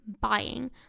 buying